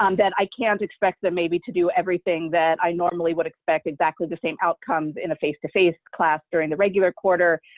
um that i can't expect them maybe to do everything that i normally would expect exactly the same outcomes in a face-to-face class during the regular quarter,